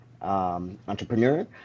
entrepreneur